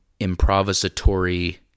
improvisatory